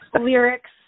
lyrics